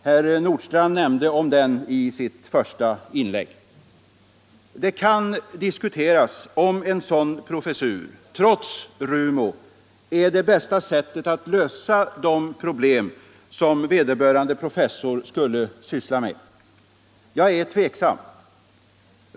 Herr Nordstrandh nämnde om den i sitt första inlägg. Det kan diskuteras om en sådan professur — trots RUMO -— är det bästa sättet att lösa de problem som vederbörande professor skulle syssla med. Jag är tveksam.